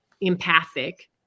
empathic